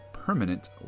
Permanent